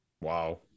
Wow